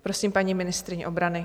Prosím, paní ministryně obrany.